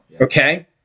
okay